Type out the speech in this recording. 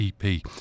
EP